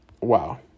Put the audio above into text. Wow